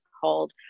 called